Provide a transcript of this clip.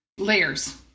layers